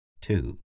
Two